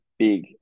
big